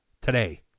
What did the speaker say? today